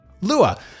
Lua